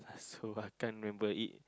so I can't remember it